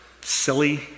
silly